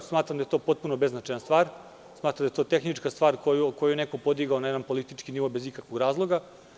Smatram da je to potpuno beznačajna stvar, tehnička stvar koju je neko podigao na jedan politički nivo bez ikakvog razloga.